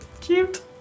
Cute